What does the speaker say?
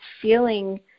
feeling